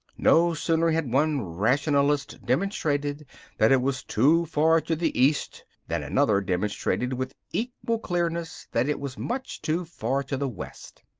no sooner had one rationalist demonstrated that it was too far to the east than another demonstrated with equal clearness that it was much too far to the west.